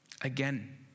Again